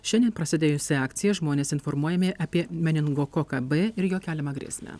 šiandien prasidėjusi akcija žmonės informuojami apie meningokoką b ir jo keliamą grėsmę